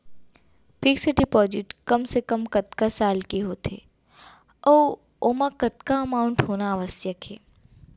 Fix deposit कम से कम कतका साल के होथे ऊ ओमा कतका अमाउंट होना आवश्यक हे?